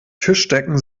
tischdecken